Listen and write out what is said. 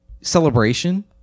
celebration